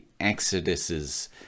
exoduses